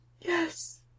Yes